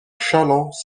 châlons